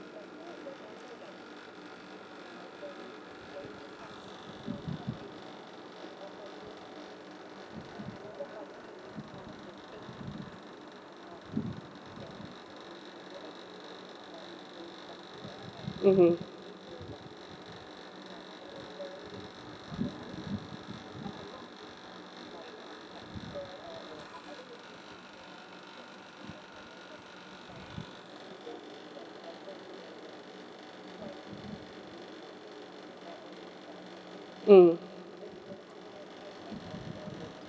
mmhmm mm